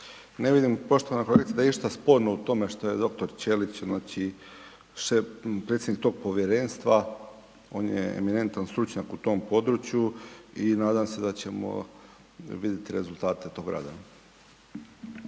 ne vidim poštovana kolegice da je išta sporno u tome što je dr. Ćelić, znači, što je predsjednik tog povjerenstva, on je eminentan stručnjak u tom području i nadam se da ćemo vidjeti rezultate tog rada.